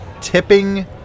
tipping